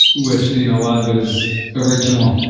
which a lot of it is original.